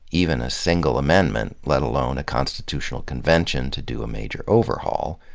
even a single amendment, let alone a constitutional convention to do a major overhaul.